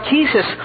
Jesus